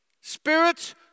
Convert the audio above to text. spirits